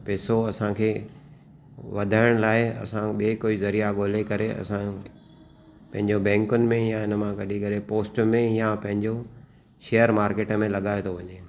त पैसो असांखे वधाइण लाइ असां ॿिए काई ज़रिया ॻोल्हे करे असां पंहिंजो बेंकुनि में या हिन मां कढी करे पोस्ट में या पंहिंजो शेयर मार्केट में लॻायो थो वञे